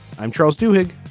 i'm charles duhigg.